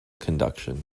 conduction